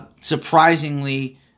Surprisingly